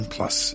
Plus